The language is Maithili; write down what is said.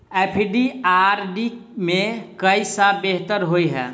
एफ.डी आ आर.डी मे केँ सा बेहतर होइ है?